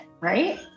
right